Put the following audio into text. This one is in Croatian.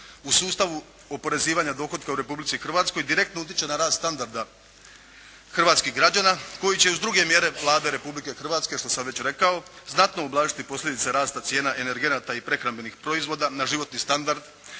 u sustavu oporezivanja dohotka u Republici Hrvatskoj direktno utječe na rast standarda hrvatskih građana koji će uz druge mjere Vlade Republike Hrvatske što sam već rekao znatno ublažiti posljedice rasta cijena energenata i prehrambenih proizvoda na životni standard